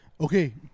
Okay